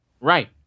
Right